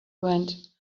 went